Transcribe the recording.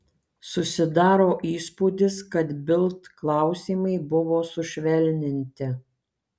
susidaro įspūdis kad bild klausimai buvo sušvelninti